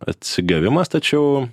atsigavimas tačiau